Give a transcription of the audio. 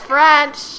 French